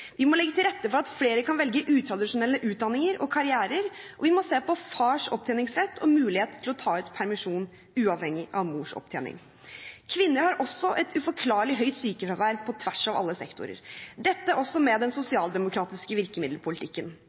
Vi må legge til rette for at flere kan velge utradisjonelle utdanninger og karrierer, og vi må se på fars opptjeningsrett og mulighet til å ta ut permisjon uavhengig av mors opptjening. Kvinner har også et uforklarlig høyt sykefravær, på tvers av alle sektorer – også dette med den sosialdemokratiske virkemiddelpolitikken.